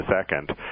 second